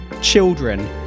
children